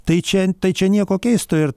tai čia tai čia nieko keisto ir